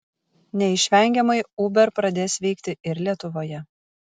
neišvengiamai uber pradės veikti ir lietuvoje